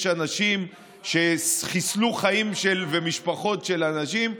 יש אנשים שחיסלו חיים ומשפחות של אנשים,